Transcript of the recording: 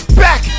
back